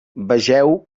vegeu